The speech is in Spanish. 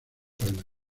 habla